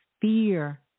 fear